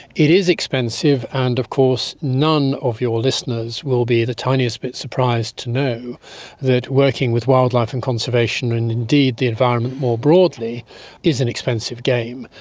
it is expensive, and of course none of your listeners will be the tiniest bit surprised to know that working with wildlife and conservation and indeed the environment more broadly is an expensive game.